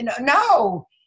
no